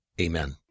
Amen